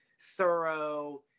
thorough